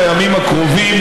בימים הקרובים,